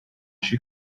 she